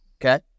Okay